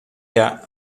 hja